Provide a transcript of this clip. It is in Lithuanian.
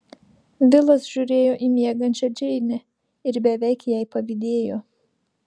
vilas žiūrėjo į miegančią džeinę ir beveik jai pavydėjo